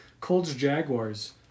Colts-Jaguars